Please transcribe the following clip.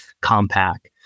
compact